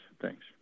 Thanks